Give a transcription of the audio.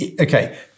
Okay